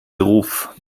beruf